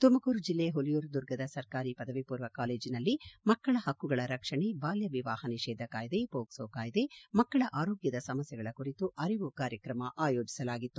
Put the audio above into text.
ತುಮಕೂರು ಜಿಲ್ಲೆ ಪುಲಿಯೂರು ದುರ್ಗದ ಸರ್ಕಾರಿ ಪದವಿ ಮೂರ್ವ ಕಾಲೇಜಿನಲ್ಲಿ ಮಕ್ಕಳ ಪಕ್ಕುಗಳ ರಕ್ಷಣೆ ಬಾಲ್ಕವಿವಾಹ ನಿಷೇಧ ಕಾಯ್ದೆ ಪೊಕ್ಲೊ ಕಾಯ್ದೆ ಮಕ್ಕಳ ಆರೋಗ್ಯದ ಸಮಸ್ಯೆಗಳ ಕುರಿತು ಅರಿವು ಕಾರ್ಯಕ್ರಮ ಆಯೋಜಿಸಲಾಗಿತ್ತು